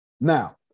Now